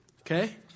Okay